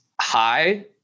high